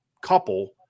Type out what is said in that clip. couple